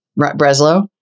Breslow